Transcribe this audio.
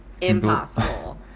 impossible